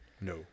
No